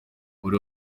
buri